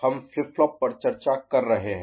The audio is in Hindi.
हम फ्लिप फ्लॉप पर चर्चा कर रहे हैं